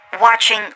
watching